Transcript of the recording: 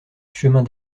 chemin